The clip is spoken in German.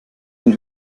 den